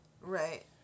Right